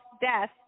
death